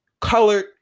colored